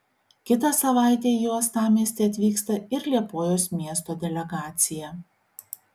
kitą savaitę į uostamiestį atvyksta ir liepojos miesto delegacija